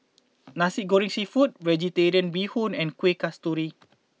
Nasi Goreng Seafood Vegetarian Bee Hoon and Kuih Kasturi